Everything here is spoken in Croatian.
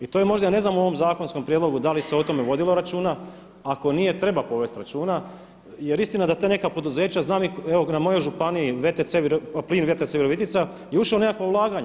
I to je možda ja ne znam u ovom zakonskom prijedlogu da li se o tome vodilo računa, ako nije treba povesti računa jer istina je da ta neka poduzeća, znam evo na mojom županiji Plin VTC Virovitica je ušao u nekakva ulaganja.